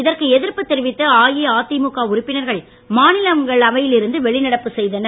இதற்கு எதிர்ப்பு தெரிவித்து அஇஅதிமுக உறுப்பினர்கள் மாநிலங்களவையில் இருந்து வெளிநடப்பு செய்தனர்